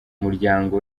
muryango